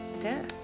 death